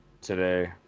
today